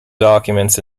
documents